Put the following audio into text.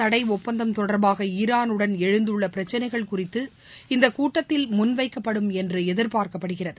தடைஒப்பந்தம் தொடர்பாகாரானுடன் எழுந்துள்ளபிரச்சனைகள் குறித்து அனு ஆயுத இந்தகூட்டத்தில் முன்வைக்கப்படும் என்றுஎதிர்பார்க்கப்படுகிறது